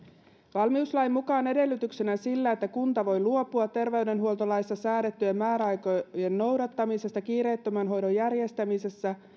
valmiuslain mukaan edellytyksenä sille että kunta voi luopua terveydenhuoltolaissa säädettyjen määräaikojen noudattamisesta kiireettömän hoidon järjestämisessä